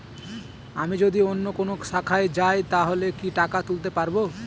আমি যদি অন্য কোনো শাখায় যাই তাহলে কি টাকা তুলতে পারব?